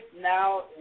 now